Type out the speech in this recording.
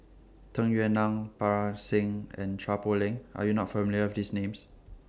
Tung Yue Nang Parga Singh and Chua Poh Leng Are YOU not familiar with These Names